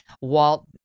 Walt